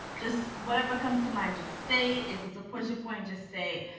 just whatever comes to mind, just say if it's a push a point just say.